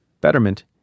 Betterment